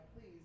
please